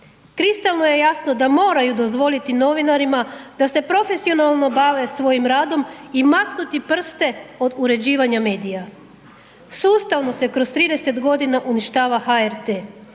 Kristalno je jasno da moraju dozvoliti novinarima da se profesionalno bave svojim radom i maknuti prste od uređivanja medija. Sustavno se kroz 30.g. uništava HRT